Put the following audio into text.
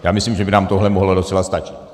Já myslím, že by nám tohle mohlo docela stačit.